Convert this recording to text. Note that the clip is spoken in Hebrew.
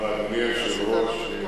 אדוני היושב-ראש,